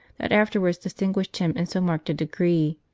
that afterwards distinguished him in so marked a degree.